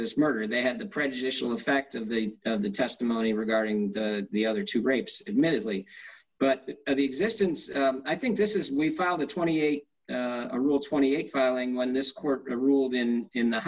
this murder they had the prejudicial effect of the of the testimony regarding the other two rapes admittedly but at the existence i think this is we found it twenty eight a rule twenty eight filing when this court ruled in in the